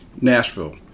Nashville